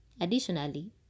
Additionally